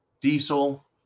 diesel